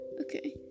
Okay